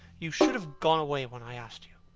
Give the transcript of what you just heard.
you should have gone away when i asked you,